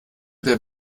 der